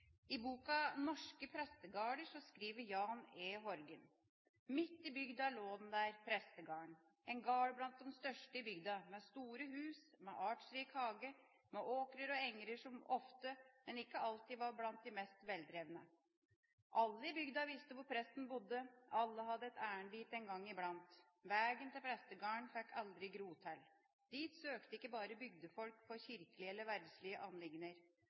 I boken Norske prestegarder skriver Jan E. Horgen: «Midt i bygda lå den der, prestegarden. En gard blant de største i bygda, med store hus, med artsrik hage, med åkrer og enger som ofte, men ikke alltid, var blant de mest veldrevne. Alle i bygda visste hvor presten bodde. Alle hadde ærend dit en gang i blant. Vegen til prestegarden fikk aldri gro til. Dit søkte ikke bare bygdefolk for kirkelige eller verdslige anliggender.